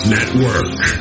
Network